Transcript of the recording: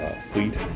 fleet